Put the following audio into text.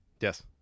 Yes